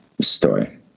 story